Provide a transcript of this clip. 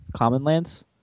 commonlands